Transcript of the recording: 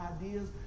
ideas